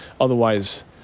Otherwise